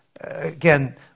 Again